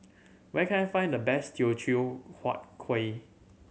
where can I find the best Teochew Huat Kuih